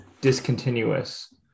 discontinuous